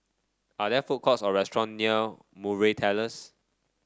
are there food courts or restaurant near Murray Terrace